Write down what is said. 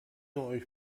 euch